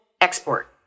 export